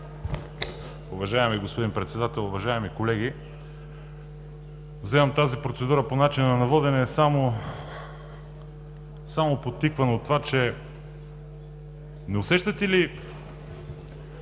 Уважаеми господин Председател, уважаеми колеги! Вземам тази процедура по начина на водене само подтикван от това, че… Не усещате ли…